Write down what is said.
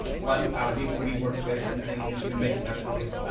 what ah we've we've worked with and in in and making that public,